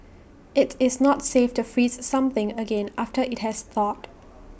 IT is not safe to freeze something again after IT has thawed